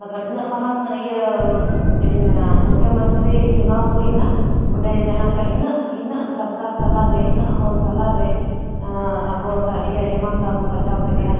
ᱢᱚᱛᱞᱚᱵ ᱤᱱᱟᱹᱜ ᱢᱟᱨᱟᱝ ᱤᱭᱟᱹ ᱪᱮᱫ ᱤᱧ ᱢᱮᱱᱟ ᱢᱩᱠᱷᱮᱢᱟᱱᱛᱨᱤ ᱪᱚᱱᱟᱣ ᱦᱩᱭᱮᱱᱟ ᱚᱸᱰᱮ ᱡᱟᱦᱟᱸ ᱞᱮᱠᱟ ᱤᱱᱟᱹ ᱤᱱᱟᱹ ᱥᱚᱨᱟᱨ ᱛᱟᱞᱟᱨᱮ ᱤᱱᱟᱹᱜ ᱦᱚᱲ ᱛᱟᱞᱟᱨᱮ ᱟᱵᱚ ᱤᱭᱟᱹ ᱦᱮᱢᱟᱱᱛ ᱫᱟ ᱵᱚ ᱵᱟᱪᱷᱟᱣ ᱠᱮᱫᱮᱭᱟ